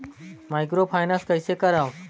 Microfinance कइसे करव?